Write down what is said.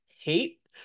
hate